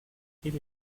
quel